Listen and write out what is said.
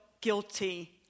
guilty